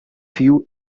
few